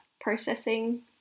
processing